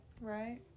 Right